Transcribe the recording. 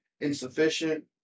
Insufficient